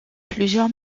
plusieurs